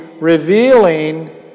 revealing